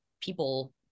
people